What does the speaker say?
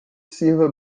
sirva